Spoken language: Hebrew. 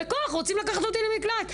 בכוח רוצים לקחת אותי למקלט.